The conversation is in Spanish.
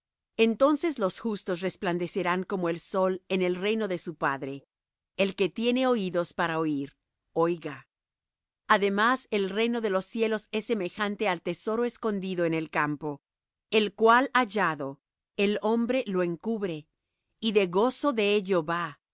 entonces los justos resplandecerán como el sol en el reino de su padre el que tiene oídos para oir oiga además el reino de los cielos es semejante al tesoro escondido en el campo el cual hallado el hombre lo encubre y de gozo de ello va